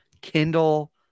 Kindle